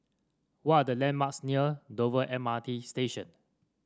what are the landmarks near Dover M R T Station